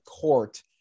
court